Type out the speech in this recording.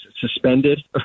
suspended